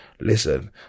Listen